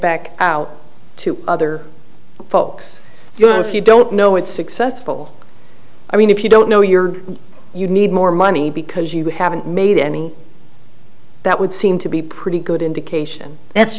back out to other folks if you don't know it's successful i mean if you don't know you're you need more money because you haven't made any that would seem to be pretty good indication that's